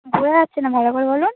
বোঝা যাচ্ছে না ভালো করে বলুন